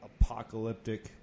apocalyptic